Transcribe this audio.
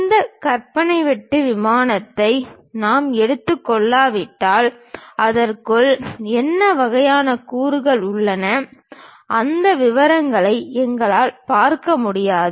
இந்த கற்பனை வெட்டு விமானத்தை நாம் எடுத்துக் கொள்ளாவிட்டால் அதற்குள் என்ன வகையான கூறுகள் உள்ளன அந்த விவரங்களை எங்களால் பார்க்க முடியாது